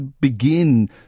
begin